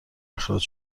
اخراج